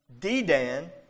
Dedan